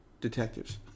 detectives